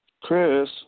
chris